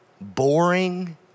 boring